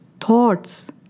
thoughts